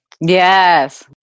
Yes